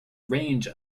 range